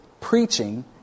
preaching